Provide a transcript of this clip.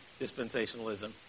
dispensationalism